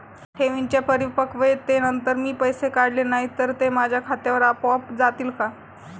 ठेवींच्या परिपक्वतेनंतर मी पैसे काढले नाही तर ते माझ्या खात्यावर आपोआप जातील का?